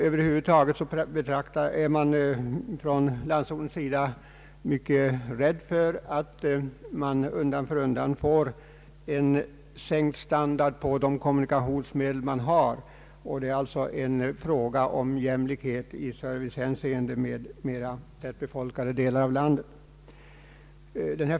Över huvud taget är man ute i landsorten mycket rädd för att undan för undan få en sänkt kommunikationsstandard. Det gäller alltså här en fråga om jämlikhet i servicehänseende med mera tättbefolkade delar av landet.